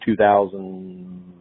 2000